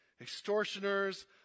extortioners